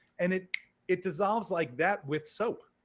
and it it dissolves like that with soap.